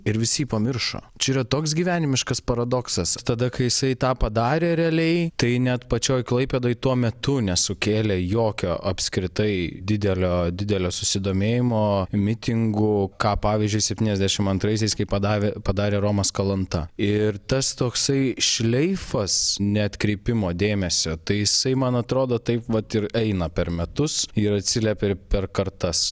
ir visi pamiršo čia yra toks gyvenimiškas paradoksas tada kai jisai tą padarė realiai tai net pačioj klaipėdoj tuo metu nesukėlė jokio apskritai didelio didelio susidomėjimo mitingų ką pavyzdžiui septyniasdešimt antraisiais kai padavė padarė romas kalanta ir tas toksai šleifas neatkreipimo dėmesio tai jisai man atrodo taip vat ir eina per metus ir atsiliepia per kartas